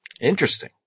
Interesting